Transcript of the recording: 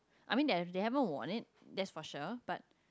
I mean they have they haven't won it that's for sure